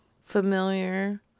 familiar